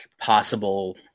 possible